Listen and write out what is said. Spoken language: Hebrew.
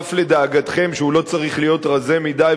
שותף לדאגתכם שהוא לא צריך להיות רזה מדי,